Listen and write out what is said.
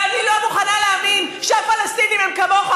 ואני לא מוכנה להאמין שהפלסטינים הם כמוך,